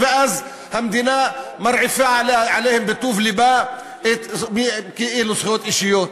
ואז המדינה מרעיפה עליהם בטוב-לבה כאילו זכויות אישיות,